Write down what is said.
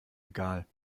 egal